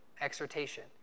exhortation